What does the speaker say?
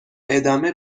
ادامه